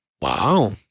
wow